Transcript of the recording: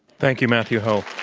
thank you, matthew hoh.